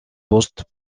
post